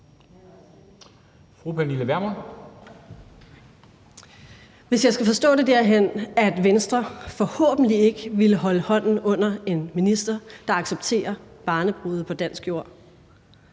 Hvis jeg skal forstå det derhen, at Venstre forhåbentlig ikke ville holde hånden under en minister, der accepterer barnebrude på dansk jord,